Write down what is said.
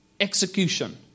execution